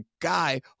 guy